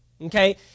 Okay